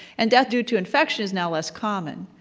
and death due to infection is now less common.